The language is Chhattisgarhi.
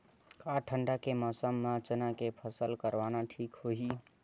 का ठंडा के मौसम म चना के फसल करना ठीक होही?